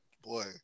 Boy